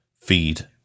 feed